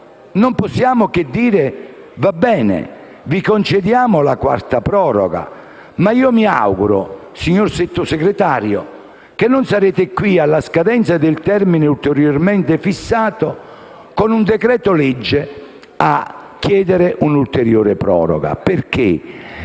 non possiamo che dire che va bene e che vi concediamo la quarta proroga. Ma io mi auguro, signor Sottosegretario, che non sarete qui, alla scadenza del termine ulteriormente fissato, a chiedere un'ulteriore proroga con